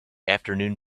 afternoon